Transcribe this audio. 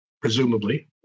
presumably